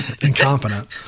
incompetent